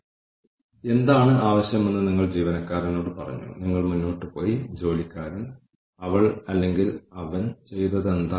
share ഹോൾഡേഴ്സും സ്റ്റെയ്ക്ഹോൾഡേഴ്സും തമ്മിലുള്ള വ്യത്യാസം യഥാർത്ഥത്തിൽ ഓഹരിയുടെ ഒരു ഭാഗം ലഭിക്കുന്ന ആളുകളാണ് ഷെയർഹോൾഡർമാർ അവർ ഓർഗനൈസേഷന്റെ ഉടമസ്ഥ ഭാഗമായിരിക്കും എന്നതാണ്